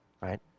right